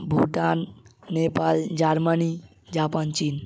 Bhutan Nepal Germany Japan চীন